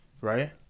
right